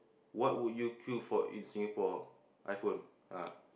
what would you queue for in Singapore iPhone ah